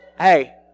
Hey